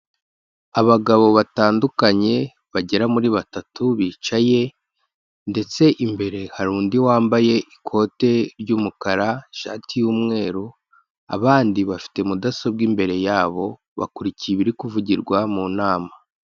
Abagabo batandukanye bagera muri batatu bicaye ndetse imbere hari undi wambaye ikote ry'umukara, ishati y'umweru, abandi bafite mudasobwa imbere yabo, bakurikiye ibiri kuvugirwa mu nama.